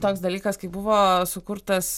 toks dalykas kai buvo sukurtas